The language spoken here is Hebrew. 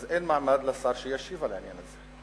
אז אין מעמד לשר שישיב על העניין הזה.